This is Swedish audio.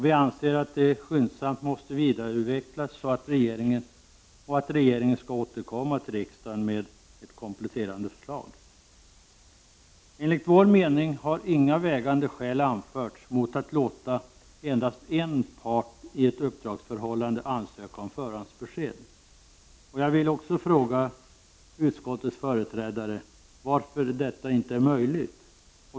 Vi anser att det skyndsamt måste vidareutvecklas och att regeringen skall återkomma till riksdagen med ett kompletterande förslag. Enligt vår mening har inga vägande skäl anförts mot att låta endast en part i ett uppdragsförhållande ansöka om förhandsbesked. Jag vill fråga utskottets företrädare varför detta inte är möjligt.